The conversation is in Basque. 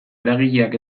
eragileak